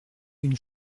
une